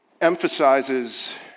emphasizes